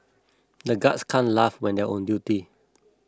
the guards can't laugh when they are on duty